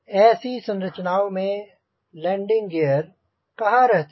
ऐसी संरचना में लैंडिंग गियर कहांँ रहते हैं